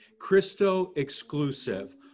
Christo-exclusive